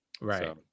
right